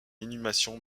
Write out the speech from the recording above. inhumation